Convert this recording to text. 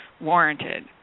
warranted